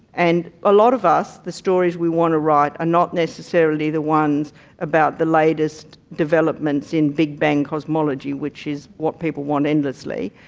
and a lot of us, the stories we want to write are not necessarily the ones about the latest developments in big bang cosmology which is what people want endlessly.